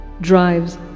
drives